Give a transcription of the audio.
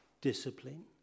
discipline